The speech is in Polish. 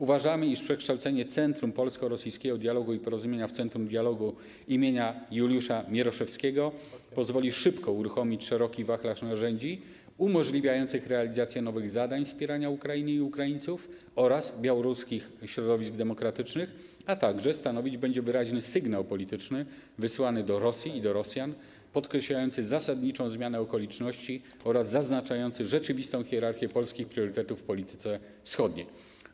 Uważamy, iż przekształcenie Centrum Polsko-Rosyjskiego Dialogu i Porozumienia w Centrum Dialogu im. Juliusza Mieroszewskiego pozwoli szybko uruchomić szeroki wachlarz narzędzi umożliwiających realizację nowych zadań, wspieranie Ukrainy i Ukraińców oraz białoruskich środowisk demokratycznych, a także stanowić będzie wyraźny sygnał polityczny wysyłany do Rosji i do Rosjan, podkreślający zasadniczą zmianę okoliczności oraz zaznaczający rzeczywistą hierarchię polskich priorytetów w polityce wschodniej.